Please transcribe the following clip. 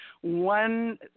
one